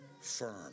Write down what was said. firm